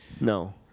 No